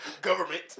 Government